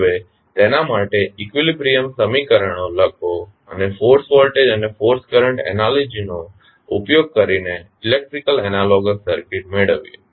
હવે તેના માટે ઇકલીબ્રીયમ સમીકરણો લખો અને ફોર્સ વોલ્ટેજ અને ફોર્સ કરંટ એનાલોજી નો ઉપયોગ કરીને ઇલેકટ્રીકલ એનાલોગસ સર્કિટ મેળવીએ